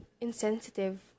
insensitive